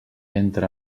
entre